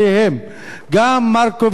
גם מרקוביץ לא בסדר,